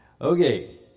Okay